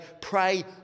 pray